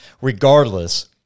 Regardless